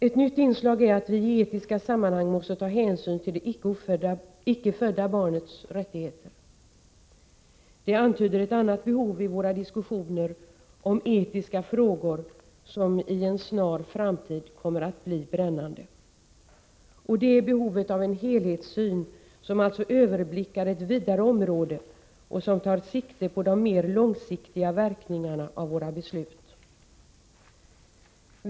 Ett nytt inslag är att vi i etiska sammanhang måste ta hänsyn till det icke födda barnets rättigheter. Det antyder ett annat behov i våra diskussioner om etiska frågor, som i en snar framtid kommer att bli brännande. Det är behovet av en helhetssyn, som alltså överblickar ett vidare område och som tar sikte på de mer långsiktga verkningarna av våra beslut.